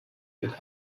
wird